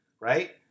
right